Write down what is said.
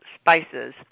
spices